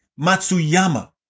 Matsuyama